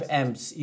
amps